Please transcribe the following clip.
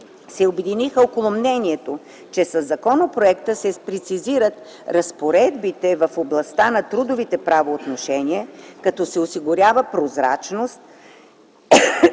се обединиха около мнението, че със законопроекта се прецизират разпоредбите в областта на трудовите правоотношения, като се осигурява прозрачност,